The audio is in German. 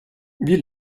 wir